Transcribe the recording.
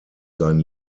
sein